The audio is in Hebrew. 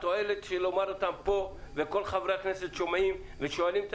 התועלת לומר אותם פה וכל חברי הכנסת שומעים ושואלים את